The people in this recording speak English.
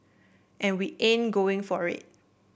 and we ain't going for it